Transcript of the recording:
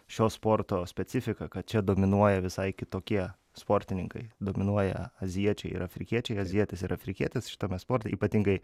šio sporto specifika kad čia dominuoja visai kitokie sportininkai dominuoja azijiečiai ir afrikiečiai azijietis ir afrikietis šitame sporte ypatingai